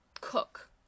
cook